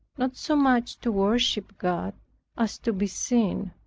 not so much to worship god as to be seen.